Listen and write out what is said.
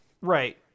Right